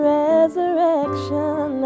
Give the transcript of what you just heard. resurrection